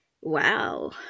Wow